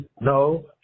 No